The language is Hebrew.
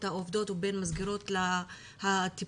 העובדות לבין המסגרות הטיפוליות,